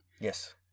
Yes